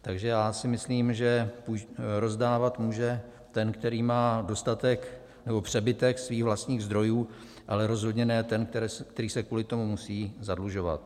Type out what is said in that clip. Takže já si myslím, že rozdávat může ten, který má dostatek nebo přebytek svých vlastních zdrojů, ale rozhodně ne ten, který se kvůli tomu musí zadlužovat.